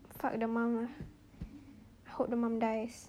fuck the mum ah I hope the mum dies